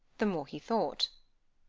the more he thought.